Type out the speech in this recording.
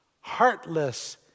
heartless